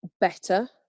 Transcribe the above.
better